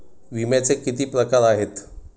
विम्याचे किती प्रकार आहेत?